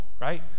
right